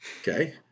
Okay